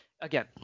again